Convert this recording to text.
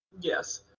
Yes